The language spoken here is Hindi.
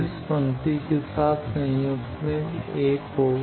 इस पंक्ति के साथ संयुग्मित 1 होगा